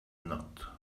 not